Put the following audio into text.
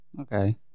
Okay